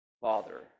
father